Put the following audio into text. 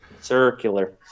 Circular